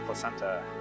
placenta